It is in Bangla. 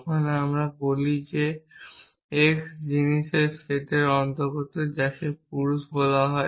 তখন আমরা বলি যে x জিনিসের সেটের অন্তর্গত যাকে পুরুষ বলা হয়